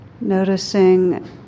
noticing